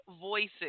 voices